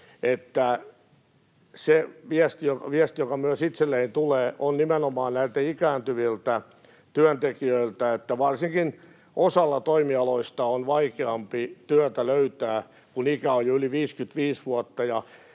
Se viesti, joka myös itselleni tulee, on nimenomaan näiltä ikääntyviltä työntekijöiltä, että varsinkin osalla toimialoista on vaikeampi työtä löytää, kun ikää on jo yli 55 vuotta.